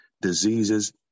diseases